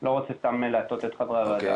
לא רוצה סתם להטעות את חברי הוועדה.